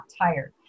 tired